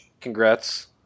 congrats